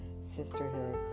sisterhood